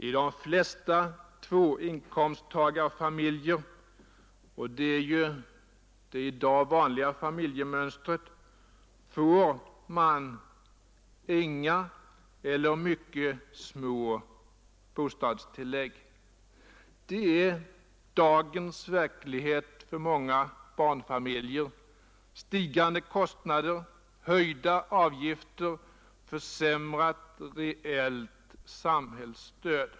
I de flesta tvåinkomsttagarfamiljer — och det är ju det i dag vanligaste familjemönstret — får man inga eller mycket små bostadstillägg. Det är dagens verklighet för många barnfamiljer — stigande kostnader, höjda avgifter, försämrat reellt samhällsstöd.